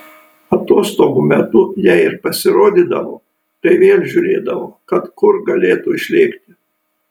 atostogų metu jei ir pasirodydavo tai vėl žiūrėdavo kad kur galėtų išlėkti